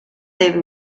debe